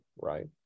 right